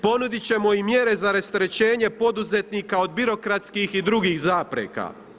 Ponudit ćemo i mjere za rasterećenje poduzetnika od birokratskih i drugih zapreka.